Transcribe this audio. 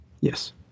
Yes